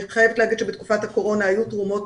אני חייבת לומר שבתקופת הקורונה היו תרומות